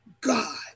God